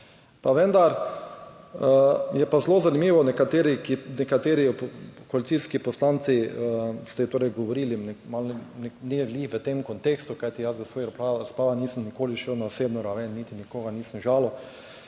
vendar je pa zelo zanimivo, nekateri koalicijski poslanci ste torej govorili ni ravno v tem kontekstu, kajti jaz v svoji razpravi nisem nikoli šel na osebno raven, niti nikogar nisem žalil.